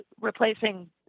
replacing